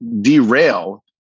derail